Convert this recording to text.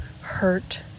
hurt